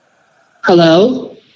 Hello